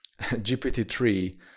GPT-3